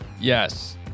Yes